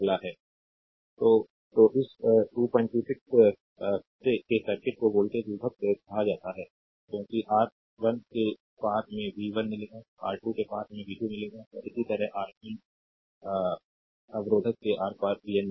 slide time देखें 2144 तो तो इस 226 के सर्किट को वोल्टेज विभक्त कहा जाता है क्योंकि आर 1 के पार हमें वी 1 मिलेगा आर 2 के पार हमें वी 2 मिलेगा और इसी तरह आर एन एन अवरोधक के आर पार वीएन मिलेगा